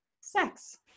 sex